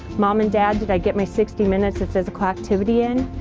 mom and dad did i get my sixty minutes of physical activity in?